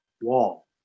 wall